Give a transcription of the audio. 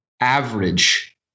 average